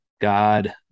God